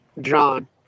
John